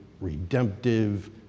redemptive